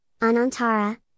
Anantara